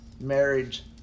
marriage